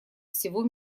всего